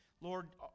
lord